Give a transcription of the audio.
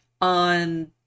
on